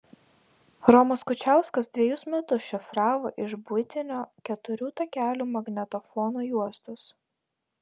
romas kučiauskas dvejus metus šifravo iš buitinio keturių takelių magnetofono juostos